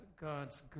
God's